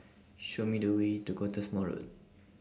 Show Me The Way to Cottesmore Road